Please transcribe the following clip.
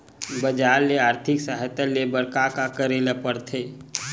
बजार ले आर्थिक सहायता ले बर का का करे ल पड़थे?